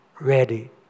ready